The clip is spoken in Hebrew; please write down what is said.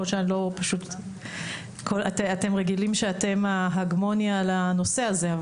יכול להיות שאתם רגילים שאתם ההגמוניה על הנושא הזה,